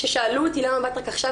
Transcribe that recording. כששאלו אותי למה באת רק עכשיו,